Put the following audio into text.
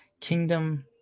Kingdom